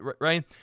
right